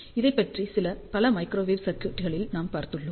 இதைப் பற்றி பல மைக்ரோவேவ் சர்க்யூட்களில் நாம் பார்த்துள்ளோம்